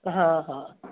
हा हा